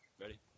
Ready